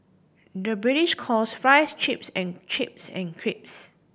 the British calls fries chips and chips and crisps